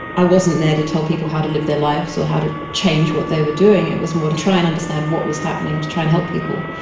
i wasn't there to tell people how to live their lives so how to change what they were doing, it was more to try and understand what was happening, to try and help people,